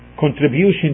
contribution